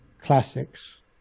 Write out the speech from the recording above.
classics